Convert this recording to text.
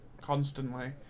Constantly